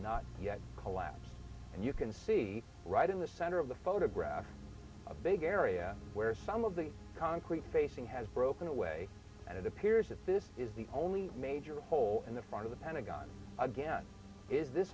not yet collapsed and you can see right in the center of the photograph a big area where some of the concrete facing has broken away and it appears that this is the only major hole in the front of the pentagon again is this